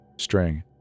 String